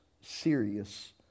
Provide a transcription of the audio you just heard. serious